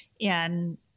and-